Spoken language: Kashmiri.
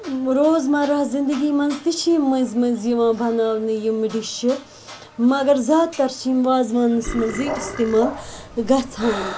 روزمَرَہ زِندَگی منٛز تہِ چھ یِم مٔنٛزۍ مٔنٛزۍ یِوان بَناونہ یِم ڈِشہٕ مَگَر زیادٕ تَر چھ یِم وازوَنَس منٛزٕے اِستعمال گَژھان